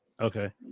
Okay